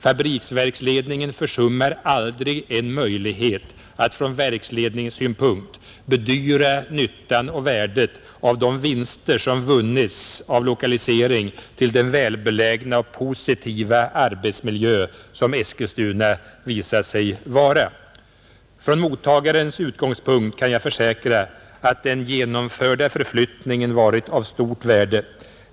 Fabriksverksledningen försummar aldrig en möjlighet att från verksledningssynpunkt bedyra nyttan och värdet av de vinster som vunnits av lokaliseringen till den välbelägna och positiva arbetsmiljö som Eskilstuna visat sig vara, Från mottagarens utgångspunkt kan jag försäkra att den genomförda förflyttningen varit av stort värde.